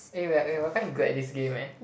eh we're we're quite in good at this game eh